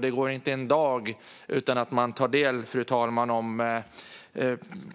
Det går inte en dag utan att man hör om